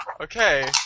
Okay